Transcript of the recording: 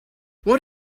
what